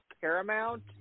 Paramount